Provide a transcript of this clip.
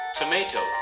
tomato